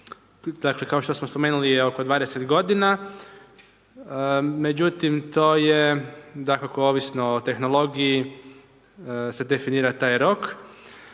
dakle, kao što smo spomenuli je oko 20 g. međutim, to je dakako ovisno o tehnologiji se definira taj rok.